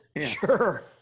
Sure